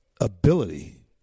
ability